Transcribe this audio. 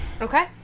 okay